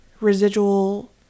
residual